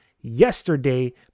yesterday